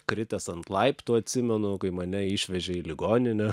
kritęs ant laiptų atsimenu kai mane išvežė į ligoninę